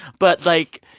but, like,